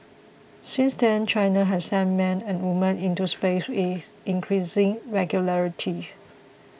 since then China has sent man and woman into space with increasing regularity